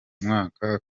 mwaka